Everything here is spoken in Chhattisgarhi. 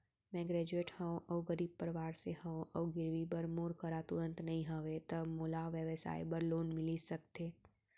मैं ग्रेजुएट हव अऊ गरीब परवार से हव अऊ गिरवी बर मोर करा तुरंत नहीं हवय त मोला व्यवसाय बर लोन मिलिस सकथे?